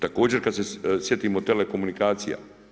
Također, kad se sjetimo telekomunikacija.